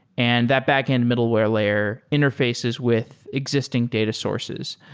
and that backend middleware layer interfaces with existing data sources.